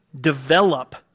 develop